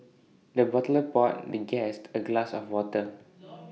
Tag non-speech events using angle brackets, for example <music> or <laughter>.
the butler poured the guest A glass of water <noise>